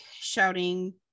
shouting